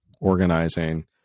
organizing